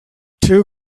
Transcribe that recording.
two